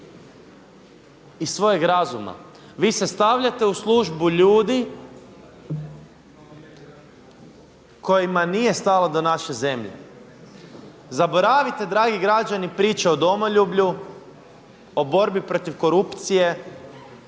i svojeg razuma. Vi se stavljate u službu ljudi kojima nije stalo do naše zemlje. Zaboravite dragi građani priče o domoljublju, o borbi protiv korupcije,